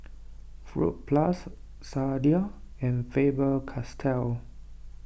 Fruit Plus Sadia and Faber Castell